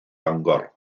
bangor